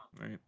right